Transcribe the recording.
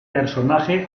personaje